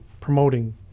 promoting